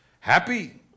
Happy